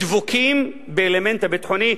דבוקות באלמנט הביטחוני,